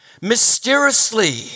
mysteriously